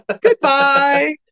Goodbye